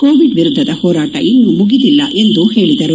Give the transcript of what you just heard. Covid ವಿರುದ್ದದ ಹೋರಾಟ ಇನ್ನೂ ಮುಗಿದಿಲ್ಲ ಎಂದು ಹೇಳಿದರು